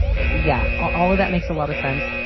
yeah, all of that makes a lot of sense.